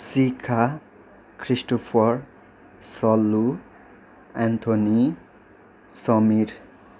Shikha Christopher Sallu Anthony Samir